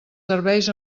serveis